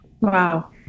Wow